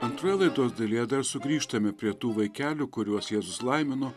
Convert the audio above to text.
antroje laidos dalyje dar sugrįžtame prie tų vaikelių kuriuos jėzus laimino